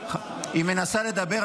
היא מנסה לדבר,